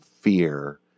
fear